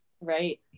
Right